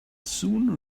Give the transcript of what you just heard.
soon